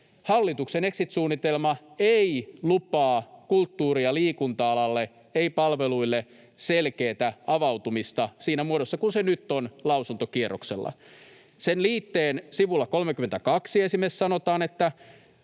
hallituksen exit-suunnitelma ei lupaa kulttuuri‑ ja liikunta-alalle eikä ‑palveluille selkeätä avautumista siinä muodossa kuin se nyt on lausuntokierroksella. Sen liitteen sivulla 32 esimerkiksi sanotaan, että